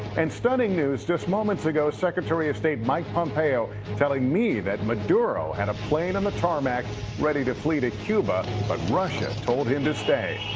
and stunning news. just moments ago secretary of state mike pompeo telling me that maduro had a plane on the tarmac ready to flee to cuba, but russia told him to stay.